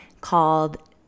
called